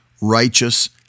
righteous